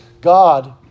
God